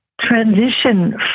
transition